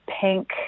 pink